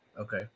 Okay